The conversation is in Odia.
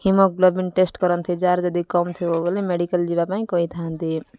ହିମଗ୍ଲୋବିନ୍ ଟେଷ୍ଟ୍ କରନ୍ତି ଯାହାର ଯଦି କମ୍ ଥିବ ବୋଲି ମେଡ଼ିକାଲ୍ ଯିବା ପାଇଁ କହିଥାନ୍ତି